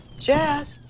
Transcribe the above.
jazz?